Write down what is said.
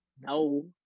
no